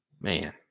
Man